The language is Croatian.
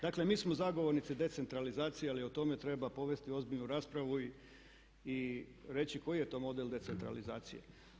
Dakle mi smo zagovornici decentralizacije ali o tome treba povesti ozbiljnu raspravu i reći koji je to model decentralizacije.